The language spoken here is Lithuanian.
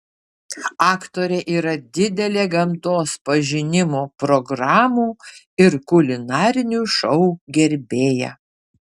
aktorė yra didelė gamtos pažinimo programų ir kulinarinių šou gerbėja